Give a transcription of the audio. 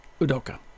Udoka